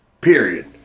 Period